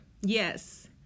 Yes